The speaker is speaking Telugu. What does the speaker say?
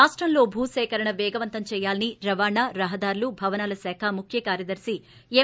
రాష్టంలో భూ సేకరణను వేగవంతం చేయాలని రవాణా రహదారులు భవనాల శాఖ ముఖ్య కార్యదర్తి ఎం